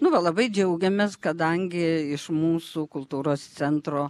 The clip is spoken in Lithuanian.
nu va labai džiaugiamės kadangi iš mūsų kultūros centro